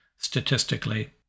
statistically